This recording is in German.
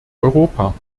europa